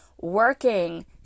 working